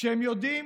והם יודעים